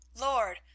Lord